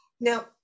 Now